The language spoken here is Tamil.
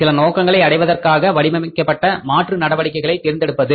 சில நோக்கங்களை அடைவதற்காக வடிவமைக்கப்பட்ட மாற்று நடவடிக்கைகளை தேர்ந்தெடுப்பது